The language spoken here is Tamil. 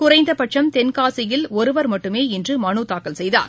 குறைந்தபட்சம் தென்காசியில் ஒருவர் மட்டுமே இன்றுமனுத் தாக்கல் செய்துள்ளார்